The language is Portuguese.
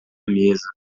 mesa